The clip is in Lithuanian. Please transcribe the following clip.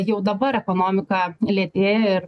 jau dabar ekonomika lėtėja ir